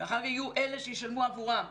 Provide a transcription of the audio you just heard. ואחר כך יהיו אלה שישלמו עבורם.